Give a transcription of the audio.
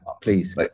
please